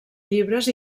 llibres